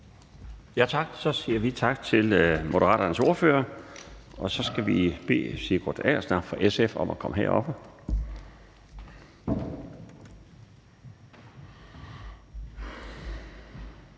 Tak. Så siger vi tak til Moderaternes ordfører, og så skal vi bede Sigurd Agersnap fra SF om at komme herop.